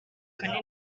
kanini